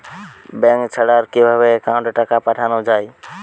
Bank ছাড়া আর কিভাবে একাউন্টে টাকা পাঠানো য়ায়?